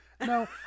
No